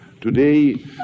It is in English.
Today